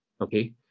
Okay